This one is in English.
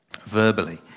verbally